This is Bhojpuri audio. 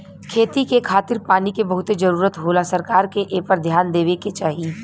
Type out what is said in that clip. खेती के खातिर पानी के बहुते जरूरत होला सरकार के एपर ध्यान देवे के चाही